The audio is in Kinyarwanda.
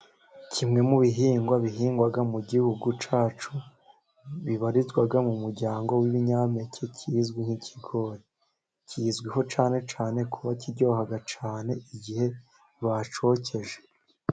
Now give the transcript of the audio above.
Kimwe mu bihingwa bihingwa mu gihugu cyacu bibarizwa mu muryango w'ibinyampeke kizwi nk'ikigori, kizwiho cyane cyane kuba kiryoha cyane igihe bacyokeje.